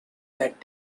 that